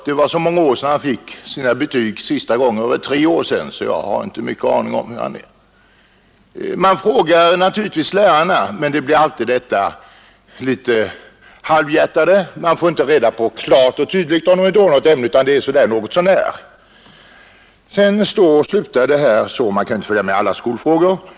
Det var så många år sedan han fick betyg senaste gången — jag tror det var tre år sedan — och därför vet jag mycket litet om på vilken nivå han ligger. Man frågar givetvis lärarna, men det blir ofta ett halvhjärtat svar. Man får inte reda på klart och tydligt om barnenär dåliga i ett ämne, utan det är så där ”något så när”. Jag trodde att han skulle få betyg, man kan inte följa med alla skolfrågor.